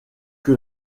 que